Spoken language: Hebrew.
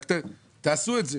רק תעשו את זה.